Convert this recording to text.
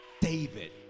David